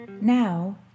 Now